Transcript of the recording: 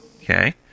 Okay